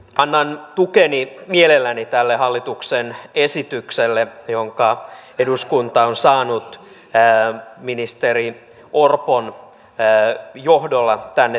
annan tukeni mielelläni tälle hallituksen esitykselle jonka eduskunta on saanut ministeri orpon johdolla tänne tuotua